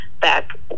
back